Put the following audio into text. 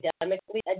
academically